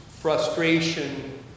frustration